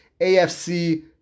AFC